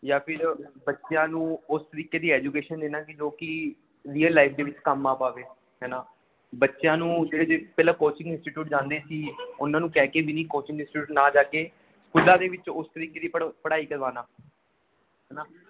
ਜਾਂ ਫਿਰ ਬੱਚਿਆਂ ਨੂੰ ਉਸ ਤਰੀਕੇ ਦੀ ਐਜੂਕੇਸ਼ਨ ਦੇਣਾ ਕਿ ਜੋ ਕਿ ਰੀਅਲ ਲਾਈਫ ਦੇ ਵਿੱਚ ਕੰਮ ਆ ਪਾਵੇ ਹੈ ਨਾ ਬੱਚਿਆਂ ਨੂੰ ਜਿਹੜੇ ਪਹਿਲਾਂ ਕੋਚਿੰਗ ਇੰਸਟੀਟਿਊਟ ਜਾਂਦੇ ਸੀ ਉਹਨਾਂ ਨੂੰ ਕਹਿ ਕੇ ਵੀ ਨਹੀਂ ਕੋਚਿੰਗ ਇੰਸਟੀਚਿਊਟ ਨਾ ਜਾ ਕੇ ਸਕੂਲਾਂ ਦੇ ਵਿੱਚ ਉਸ ਤਰੀਕੇ ਦੀ ਪੜ੍ਹ ਪੜ੍ਹਾਈ ਕਰਵਾਉਣਾ ਹੈ ਨਾ